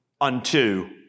unto